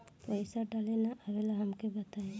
पईसा डाले ना आवेला हमका बताई?